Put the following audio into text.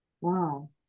wow